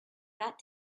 that